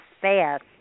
fast